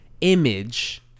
image